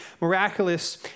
miraculous